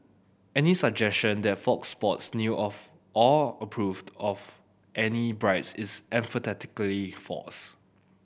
any suggestion that Fox Sports knew of or approved of any bribes is emphatically false